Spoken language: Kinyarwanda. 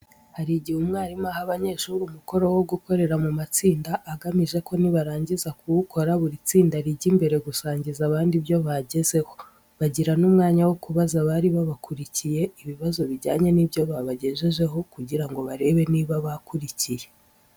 Hari igihe umwarimu aha abanyeshuri umukoro wo gukorera mu matsinda agamije ko nibarangiza kuwukora buri tsinda rijya imbere gusangiza abandi ibyo bagezeho. Bagira n'umwanya wo kubaza abari babakurikiye ibibazo bijyanye n'ibyo babagejejeho kugira ngo barebe niba bakurikiye.